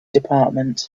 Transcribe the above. department